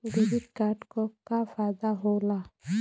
Debit card क का फायदा हो ला?